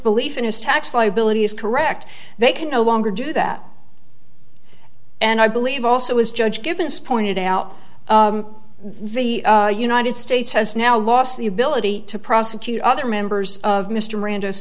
belief in his tax liability is correct they can no longer do that and i believe also as judge gibbons pointed out the united states has now lost the ability to prosecute other members of mr mirand